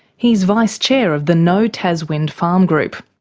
he's vice chair of the no taswind farm group.